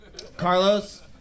Carlos